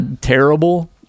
terrible